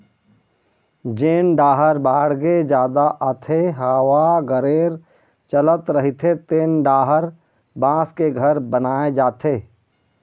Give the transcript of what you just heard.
जेन डाहर बाड़गे जादा आथे, हवा गरेर चलत रहिथे तेन डाहर बांस के घर बनाए जाथे